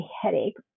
headache